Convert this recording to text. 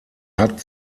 hat